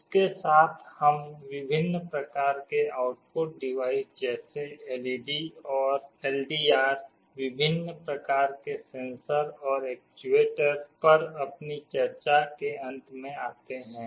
इसके साथ हम विभिन्न प्रकार के आउटपुट डिवाइस जैसे एलईडी और एलडीआर विभिन्न प्रकार के सेंसर और एक्चुएटर पर अपनी चर्चा के अंत में आते हैं